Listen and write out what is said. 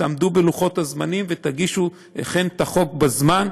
תעמדו בלוחות הזמנים ותגישו את החוק בזמן,